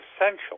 essential